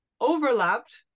overlapped